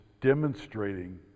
demonstrating